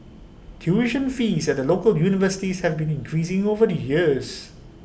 tuition fees at the local universities have been increasing over the years